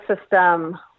system